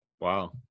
Wow